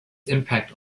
impact